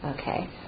Okay